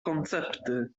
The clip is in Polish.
koncepty